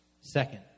Second